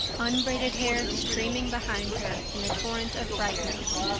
unbraided hair streaming behind her in a torrent of brightness.